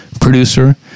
producer